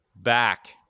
back